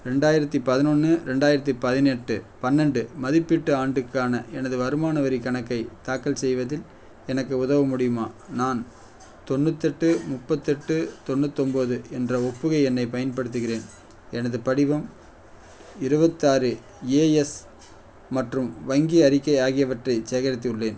ரெண்டாயிரத்து பதினொன்று ரெண்டாயிரத்து பதினெட்டு பன்னெண்டு மதிப்பீட்டு ஆண்டுக்கான எனது வருமான வரிக் கணக்கை தாக்கல் செய்வதில் எனக்கு உதவ முடியுமா நான் தொண்ணூத்தெட்டு முப்பத்தெட்டு தொண்ணூத்தொம்பது என்ற ஒப்புகை எண்ணைப் பயன்படுத்துகிறேன் எனது படிவம் இருபத்தாறு ஏஎஸ் மற்றும் வங்கி அறிக்கை ஆகியவற்றை சேகரித்துள்ளேன்